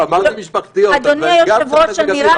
האמת שמיקי ביקשה ממני השבוע להצטרף בשש בבוקר לסיור בשטח,